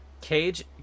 Cage